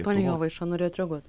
pone jovaiša norėjot reaguot